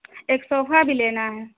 ایک صوفا بھی لینا ہے